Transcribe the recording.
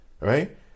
Right